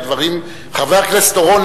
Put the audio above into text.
חבר הכנסת אורון,